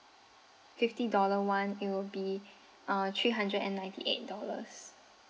fifty dollar one it will be uh three hundred and ninety eight dollars